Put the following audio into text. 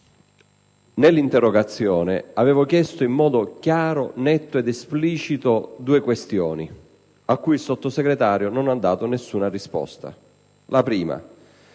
Nell'interrogazione avevo formulato, in modo chiaro, netto ed esplicito, due quesiti a cui il Sottosegretario non ha dato alcuna risposta. Il primo